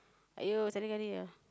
are you ah